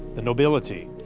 the nobility,